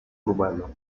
urbano